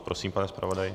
Prosím, pane zpravodaji.